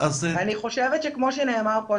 אני חושבת שכמו שנאמר פה,